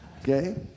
okay